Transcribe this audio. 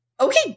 okay